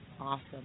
awesome